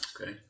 Okay